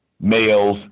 males